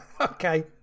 Okay